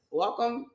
welcome